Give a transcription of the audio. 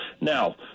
Now